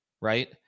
right